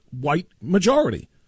white-majority